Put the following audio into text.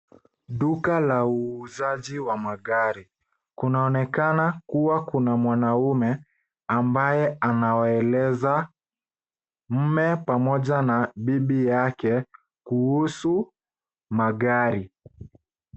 Duka la uuzaji wa magari. Kunaonekana kuwa kuna mwanaume ambaye anawaeleza mume pamoja na bibi yake kuhusu magari.